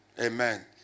amen